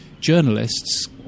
journalists